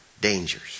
Dangers